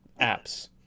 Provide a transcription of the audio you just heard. apps